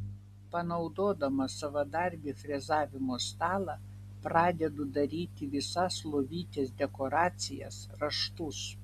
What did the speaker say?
panaudodamas savadarbį frezavimo stalą pradedu daryti visas lovytės dekoracijas raštus